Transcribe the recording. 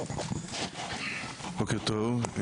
בוקר טוב.